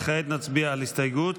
כעת נצביע על הסתייגות